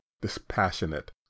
dispassionate